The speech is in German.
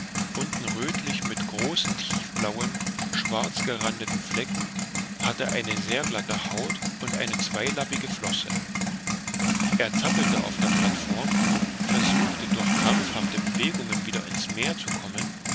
unten röthlich mit großen tiefblauen schwarz gerandeten flecken hatte eine sehr glatte haut und eine zweilappige flosse er zappelte auf der plateform versuchte durch krampfhafte bewegungen wieder in's meer zu kommen